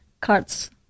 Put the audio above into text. cards